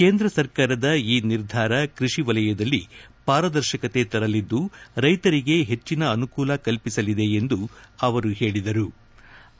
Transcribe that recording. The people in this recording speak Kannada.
ಕೇಂದ್ರ ಸರ್ಕಾರದ ಈ ನಿರ್ಧಾರ ಕೃಷಿ ವಲಯದಲ್ಲಿ ಪಾರದರ್ತಕತೆ ತರಲಿದ್ದು ರೈತರಿಗೆ ಹೆಚ್ಚನ ಅನುಕೂಲ ಕಲ್ಪಿಸಲಿದೆ ಎಂದು ಅಮರು ಪೇಳದರು